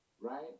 right